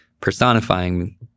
personifying